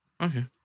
okay